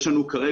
יש לנו כרגע